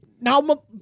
now